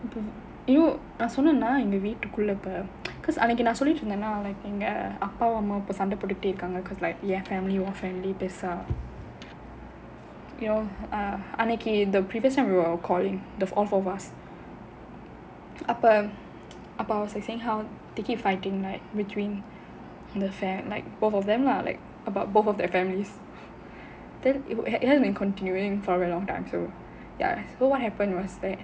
you நான் சொன்னேனா எங்க வீட்டுக்குள்ள இப்போ அன்னைக்கு நான் சொல்லிட்டு இருந்தனா எங்க அப்பா அம்மா குள்ள சண்டை போட்டுட்டு இருகாங்க என்:naan sonnaenaa enga veettukulla ippo annaikku naan sollittu irunthanaa enga appa amma kulla sandai pottuttu irukkaanga en family பெருசா உன்:perusaa un family பெருசான்னு:perusaanu you know err the previous time we were calling you know the four of us அப்போ:appo was like saying how they keep fighting like between the family like both of them lah like about both of their families then if you ask me continuing for a long time so ya so what happened was that